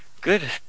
Good